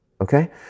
Okay